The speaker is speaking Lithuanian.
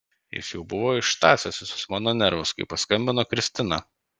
jis jau buvo ištąsęs visus mano nervus kai paskambino kristina